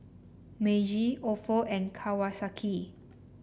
Meiji Ofo and Kawasaki